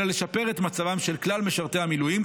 אלא לשפר את מצבם של כלל משרתי המילואים,